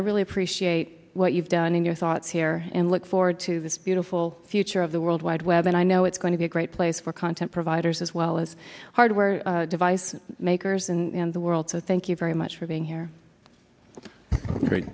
i really appreciate what you've done in your thoughts here and look forward to this beautiful future of the world wide web and i know it's going to be a great place for content providers as well as hardware device makers in the world so thank you very much for being here